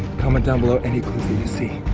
comment down below any clues that you see.